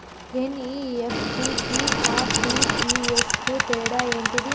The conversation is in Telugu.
ఎన్.ఇ.ఎఫ్.టి కి ఆర్.టి.జి.ఎస్ కు తేడా ఏంటిది?